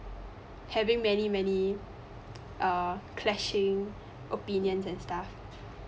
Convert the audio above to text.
having many many err clashing opinions and stuff